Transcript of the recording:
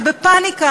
ובפניקה,